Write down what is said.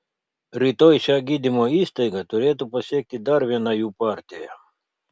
rytoj šią gydymo įstaigą turėtų pasiekti dar viena jų partija